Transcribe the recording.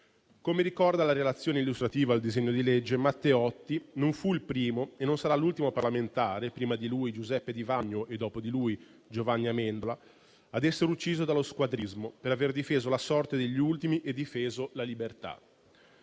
Come ricorda la relazione illustrativa al disegno di legge, Matteotti non fu il primo e non sarà l'ultimo parlamentare - prima di lui Giuseppe Di Vagno e dopo di lui Giovanni Amendola - ad essere ucciso dallo squadrismo per aver difeso la sorte degli ultimi e la libertà.